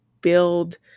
build